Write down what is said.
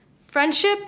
Friendship